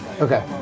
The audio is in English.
Okay